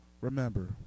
remember